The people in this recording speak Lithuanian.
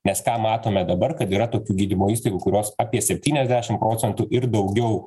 nes ką matome dabar kad yra tokių gydymo įstaigų kurios apie septyniasdešim procentų ir daugiau